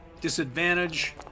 Disadvantage